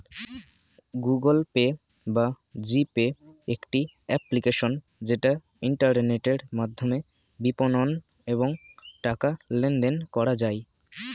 Google Pay বা G Pay একটি application যেটা ইন্টারনেটের মাধ্যমে বিপণন এবং টাকা লেনদেন করা যায়